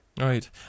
Right